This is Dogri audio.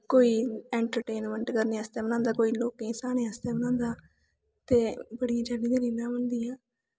कोई ऐन्ट्रटेनमैंट करने आस्तै बनांदा कोई लोकें गी हसाने आस्तै बनांदा ते बड़ियें चाल्लीं दियां रीलां बनदियां